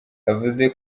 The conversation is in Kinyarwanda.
yavuze